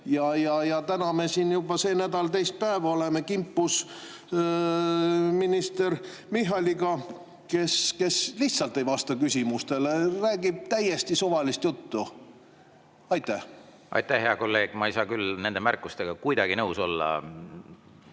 aga täna, sellel nädalal juba teist päeva oleme me kimpus minister Michaliga, kes lihtsalt ei vasta küsimustele ja räägib täiesti suvalist juttu. Aitäh, hea kolleeg! Ma ei saa küll nende märkustega kuidagi nõus olla.